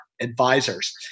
advisors